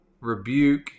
rebuke